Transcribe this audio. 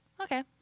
okay